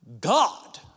God